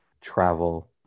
travel